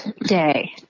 day